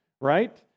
right